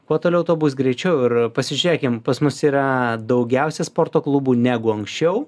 kuo toliau tuo bus greičiau ir pasižiūrėkim pas mus yra daugiausia sporto klubų negu anksčiau